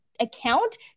account